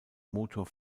motor